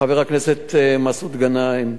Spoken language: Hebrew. חבר הכנסת מסעוד גנאים,